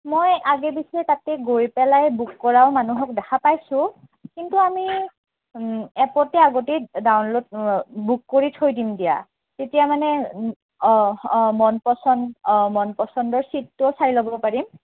মই আগে পিছে তাতে গৈ পেলাই বুক কৰাও মানুহক দেখা পাইছোঁ কিন্তু আমি এপতে আগতেই ডাউনলোড বুক কৰি থৈ দিম দিয়া তেতিয়া মানে অঁ অঁ মনপচন্দ অঁ মনপচন্দৰ ছিটটোও চাই ল'ব পাৰিম